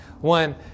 one